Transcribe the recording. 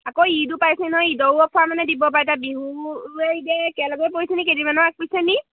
আকৌ ইটো পাইছে নহয় ইঈদৌও পৰাোৱা মানে দিব পাৰে এ তয়া বিহুৱে ইদ একেলগে পৰিছে নি কেইদিনমানৰ আগ পৈছে নি